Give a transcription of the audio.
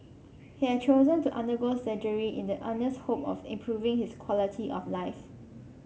he had chosen to undergo surgery in the earnest hope of improving his quality of life